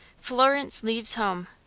florence leaves home.